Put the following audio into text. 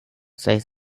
seis